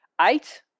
eight